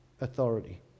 authority